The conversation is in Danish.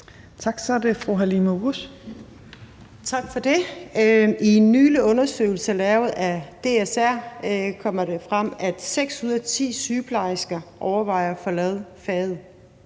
Halime Oguz (SF): Tak for det. I en nylig undersøgelse lavet af DSR kom det frem, at seks ud af ti sygeplejersker overvejer at forlade faget.